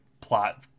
plot